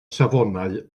safonau